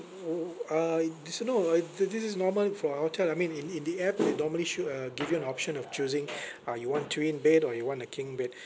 oo uh this no uh this is normal for hotel I mean in in the app they normally should uh give you an option of choosing uh you want twin bed or you want a king bed